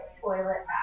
toilet